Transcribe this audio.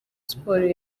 sports